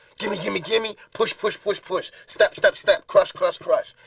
gimme gimme gimme! push push push push! step step step! crush crush crush!